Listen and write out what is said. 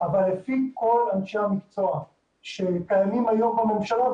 אבל לפי כל אנשי המקצוע שקיימים היום בממשלה,